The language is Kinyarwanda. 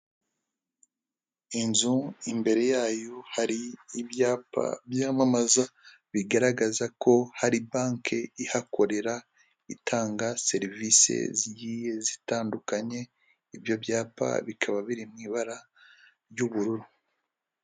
Inzu imbere yayo hari ibyapa byamamaza bigaragaza ko hari banki ihakorera itanga serivise zigiye zitandukanye, ibyo byapa bikaba biri mu ibara ry'ubururu.